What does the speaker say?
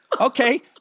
okay